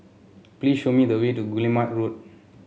please show me the way to Guillemard Road